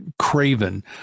Craven